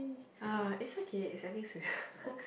ah is okay is ending soon